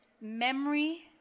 memory